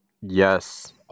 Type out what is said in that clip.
Yes